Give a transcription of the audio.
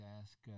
ask